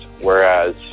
Whereas